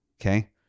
Okay